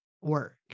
work